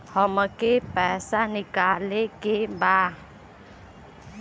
हमके पैसा निकाले के बा